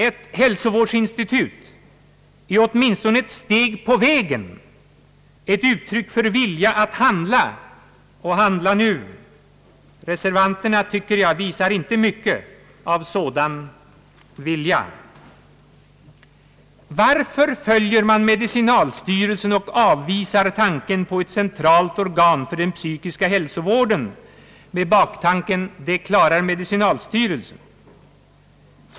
Ett hälsovårdsinstitut är åtminstone ett steg på vägen, ett uttryck för vilja att handla och handla nu. Reservanterna, tycker jag, visar inte mycket av sådan vilja. Varför följer man medicinalstyrelsen och avvisar tanken på ett centralt organ för den psykiska hälsovården med baktanken: Det klarar medicinalstyrelsen!